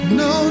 no